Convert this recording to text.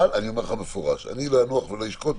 אבל אני אומר לך מפורשות: אני לא אנוח ולא אשקוט,